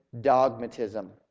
dogmatism